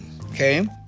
Okay